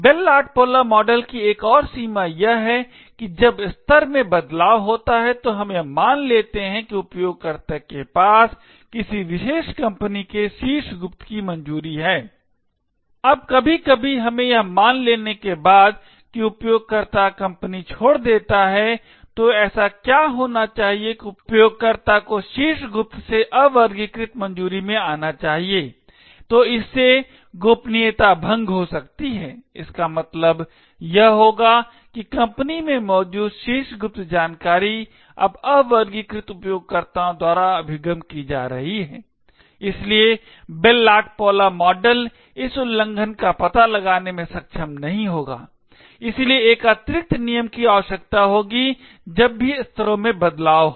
bell LaPadula model की एक और सीमा यह है कि जब स्तर में बदलाव होता है तो हम यह मान लेते हैं कि उपयोगकर्ता के पास किसी विशेष कंपनी के शीर्ष गुप्त की मंजूरी है अब कभी कभी हमें यह मान लेने के बाद कि उपयोगकर्ता कंपनी छोड़ देता है तो ऐसा क्या होना चाहिए कि उपयोगकर्ता को शीर्ष गुप्त से अवर्गीकृत मंजूरी में जाना चाहिए तो इससे गोपनीयता भंग हो सकती है इसका मतलब यह होगा कि कंपनी में मौजूद शीर्ष गुप्त जानकारी अब अवर्गीकृत उपयोगकर्ताओं द्वारा अभिगम की जा रही है इसलिए बेल लाडपौला मॉडल इस उल्लंघन का पता लगाने में सक्षम नहीं होगा इसलिए एक अतिरिक्त नियम की आवश्यकता होगी जब भी स्तरों में बदलाव हो